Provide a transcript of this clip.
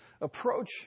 Approach